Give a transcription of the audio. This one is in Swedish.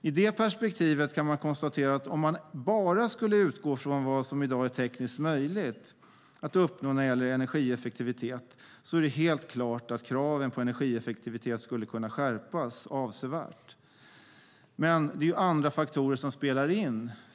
I det perspektivet kan man konstatera att om man bara skulle utgå från vad som i dag är tekniskt möjligt att uppnå när det gäller energieffektivitet är det helt klart att kraven på energieffektivitet skulle kunna skärpas avsevärt. Men det är andra faktorer som spelar in.